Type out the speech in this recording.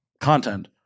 content